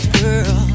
girl